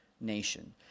nation